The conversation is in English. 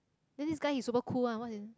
then this guy he's super cool one what his name